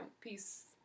peace